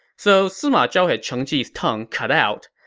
so sima zhao had cheng ji's tongue cut out.